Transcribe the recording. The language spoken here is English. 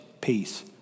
peace